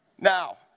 Now